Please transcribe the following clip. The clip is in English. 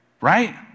Right